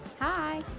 Hi